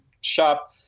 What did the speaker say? shop